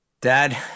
Dad